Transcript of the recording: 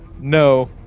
no